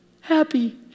happy